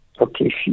Okay